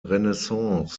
renaissance